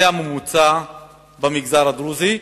זה הממוצע במגזר הדרוזי,